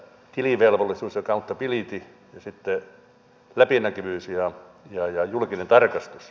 tilivelvollisuus accountability ja sitten läpinäkyvyys ja julkinen tarkastus